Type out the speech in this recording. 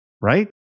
right